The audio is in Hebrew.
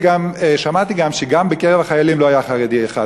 שמעתי גם שגם בקרב החיילים לא היה חרדי אחד,